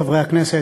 חברי הכנסת,